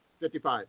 55